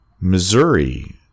Missouri